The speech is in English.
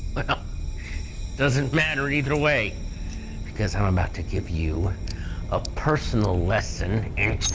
but doesn't matter either way because i'm about to give you a personal lesson,